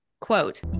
quote